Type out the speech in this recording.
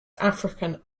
african